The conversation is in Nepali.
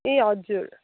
ए हजुर